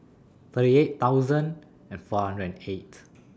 thirty eight thousand and four hundred and eight